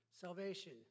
salvation